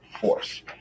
force